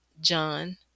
John